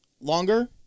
longer